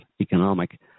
economic